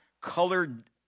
colored